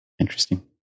Interesting